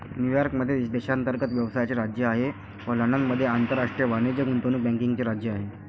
New York मध्ये देशांतर्गत व्यवसायाचे राज्य आहे व लंडनमध्ये आंतरराष्ट्रीय वाणिज्य गुंतवणूक बँकिंगचे राज्य आहे